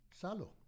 Salo